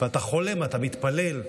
ואתה חולם, אתה מתפלל,